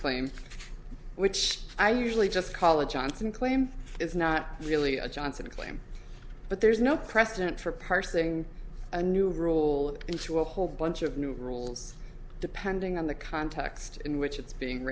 claims which i usually just college johnson claim is not really a johnson claim but there's no precedent for parsing a new rule into a whole bunch of new rules depending on the context in which it's being